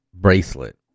Bracelet